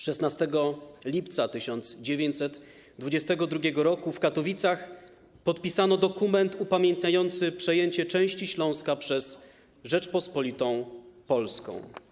16 lipca 1922 r. w Katowicach podpisano dokument upamiętniający przejęcie części Śląska przez Rzeczpospolitą Polską.